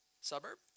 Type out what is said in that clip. suburb